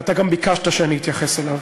ואתה גם ביקשת שאני אתייחס אליו.